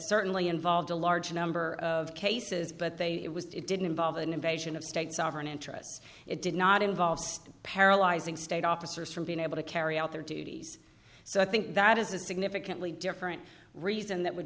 certainly involved a large number of cases but they it was it didn't involve an invasion of state sovereign interests it did not involve system paralyzing state officers from being able to carry out their duties so i think that is a significantly different reason that would